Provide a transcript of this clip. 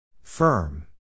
Firm